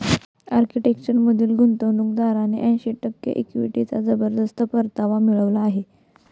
आर्किटेक्चरमधील गुंतवणूकदारांना ऐंशी टक्के इक्विटीचा जबरदस्त परतावा मिळाला आहे